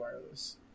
wireless